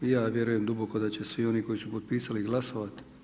I ja vjerujem duboko da će svi oni koji su potpisali i glasovati.